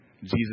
Jesus